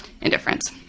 indifference